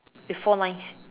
with four lines